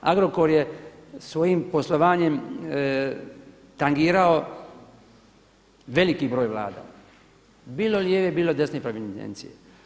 Agrokor je svojim poslovanjem tangirao veliki broj Vlada bilo lijeve, bilo desne provenijencije.